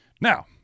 Now